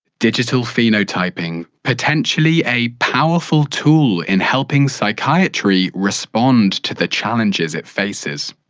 digital phenotyping, potentially a powerful tool in helping psychiatry respond to the challenges it faces.